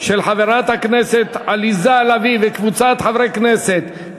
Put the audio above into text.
של חברת הכנסת עליזה לביא וקבוצת חברי כנסת,